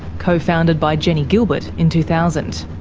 co-founded by jennie gilbert in two thousand.